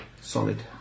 solid